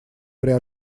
при